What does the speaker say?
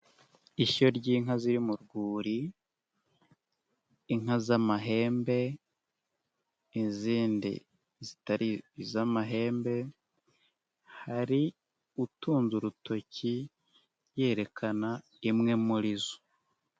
Ishyo ry'inka ziri mu rwuri, inka z'amahembe izindi zitari iz'amahembe, hari utunze urutoki yerekana imwe muri zo.